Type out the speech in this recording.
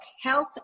health